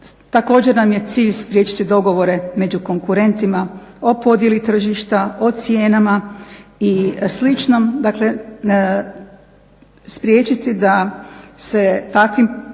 Također nam je cilj spriječiti dogovore među konkurentima o podjeli tržišta, o cijenama i sličnom. Dakle, spriječiti da se takvim